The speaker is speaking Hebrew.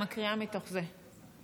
היא מקריאה מתוך זה.